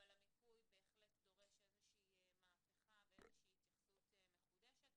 אבל המיפוי בהחלט דורש איזושהי מהפכה ואיזושהי התייחסות מחודשת,